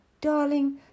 Darling